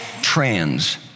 trans